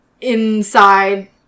inside